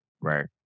Right